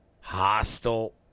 hostile